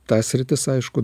ta sritis aišku